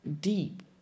deep